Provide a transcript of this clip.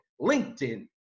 LinkedIn